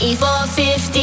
E450